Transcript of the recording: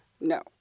No